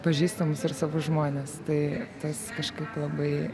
pažįstamus ir savus žmones tai tas kažkaip labai